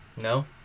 No